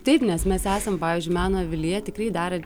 taip nes mes esam pavyzdžiui meno avilyje tikrai darę